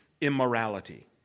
immorality